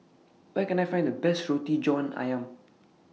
Where Can I Find The Best Roti John Ayam